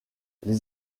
les